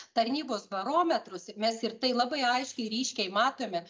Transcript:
tarnybos barometrus mes ir tai labai aiškiai ryškiai matome